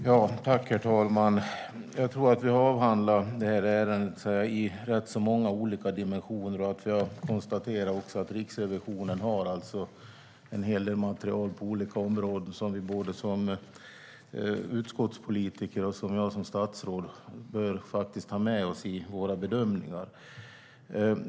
Herr talman! Jag tror att vi har avhandlat det här ärendet i rätt många olika dimensioner. Vi har konstaterat att Riksrevisionen har en hel del material på olika områden som både utskottspolitiker och jag som statsråd bör ha med i bedömningarna.